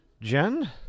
Jen